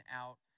out